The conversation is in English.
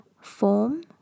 form